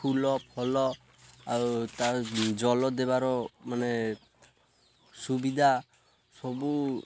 ଫୁଲ ଫଲ ଆଉ ତା' ଜଲ ଦେବାର ମାନେ ସୁବିଧା ସବୁ